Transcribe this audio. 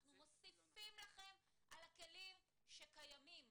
שאנחנו מוסיפים לכם על הכלים הקיימים.